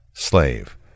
Slave